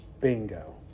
bingo